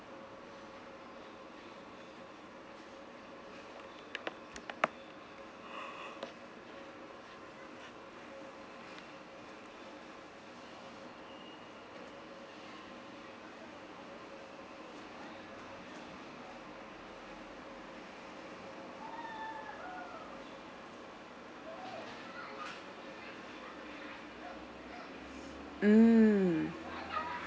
mm